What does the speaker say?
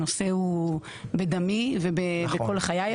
הנושא הוא בדמי ובכל חיי,